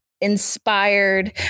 inspired